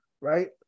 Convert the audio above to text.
right